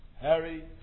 Harry